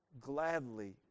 gladly